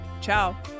Ciao